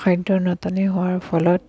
খাদ্যৰ নাটনি হোৱাৰ ফলত